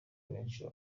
benshi